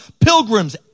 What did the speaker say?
pilgrims